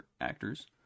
actors